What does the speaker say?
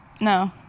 No